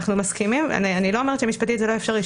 אני לא אומרת שמשפטית זה לא אפשרי,